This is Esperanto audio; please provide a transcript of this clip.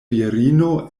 virino